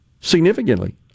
significantly